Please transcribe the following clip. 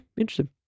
interesting